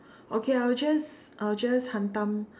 okay I will just I will just hentam